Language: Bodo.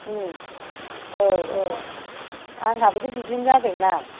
औ औ आंहाबोथ' बिब्दिनो जादोंना